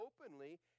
openly